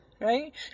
right